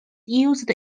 used